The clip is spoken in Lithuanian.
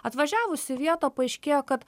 atvažiavus į vietą paaiškėjo kad